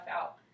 out